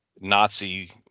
Nazi